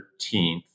13th